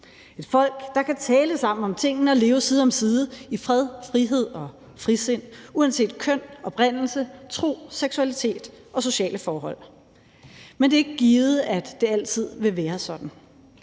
et folk, der kan tale sammen om tingene og leve side om side i fred, frihed og frisind, uanset køn, oprindelse, tro, seksualitet og sociale forhold. Men det er ikke givet, at det altid vil være sådan,